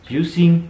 using